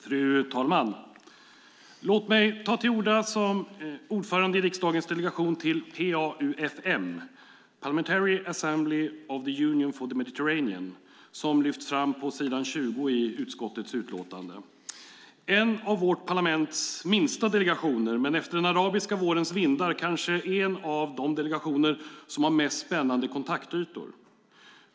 Fru talman! Låt mig ta till orda som ordförande i riksdagens delegation till PA-UfM - Parliamentary Assembly of the Union for the Mediterranean - som lyfts fram på s. 20 i utskottets utlåtande. Det är en av vårt parlaments minsta delegationer, men efter den arabiska vårens vindar kanske en av de delegationer som har de mest spännande kontaktytorna.